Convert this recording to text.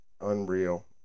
unreal